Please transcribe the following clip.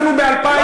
אנחנו ב-2015.